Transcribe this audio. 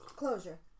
closure